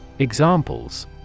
Examples